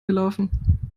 gelaufen